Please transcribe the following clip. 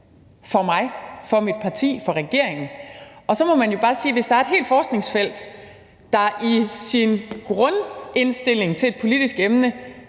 for mig, for mit parti og for regeringen, og der må man jo bare sige, at hvis der er et helt forskningsfelt, der i sin grundindstilling til et politisk emne